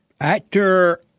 Actor